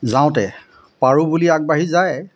যাওঁতে পাৰোঁ বুলি আগবাঢ়ি যায়